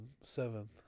seven